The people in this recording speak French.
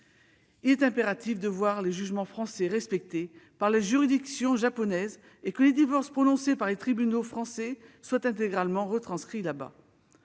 Il est impératif que les jugements français soient respectés par les juridictions japonaises, et que les divorces prononcés par les tribunaux français soient intégralement retranscrits là-bas.